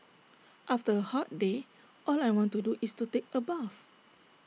after A hot day all I want to do is to take A bath